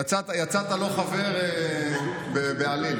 יצאת לא חבר בעליל.